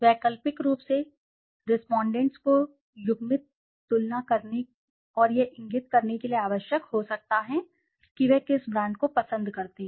वैकल्पिक रूप से रेस्पोंडेंट्स को युग्मित तुलना करने और यह इंगित करने के लिए आवश्यक हो सकता है कि वे किस ब्रांड को पसंद करते हैं